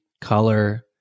color